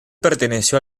perteneció